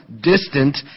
distant